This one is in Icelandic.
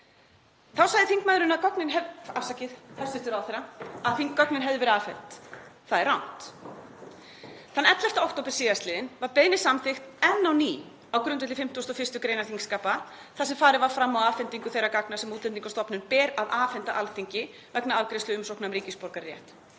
Þá sagði hæstv. ráðherra að gögnin hefðu verið afhent. Það er rangt. Þann 11. október sl. var beiðni samþykkt enn á ný á grundvelli 51. gr. þingskapa þar sem farið var fram á afhendingu þeirra gagna sem Útlendingastofnun ber að afhenda Alþingi vegna afgreiðslu umsókna um ríkisborgararétt.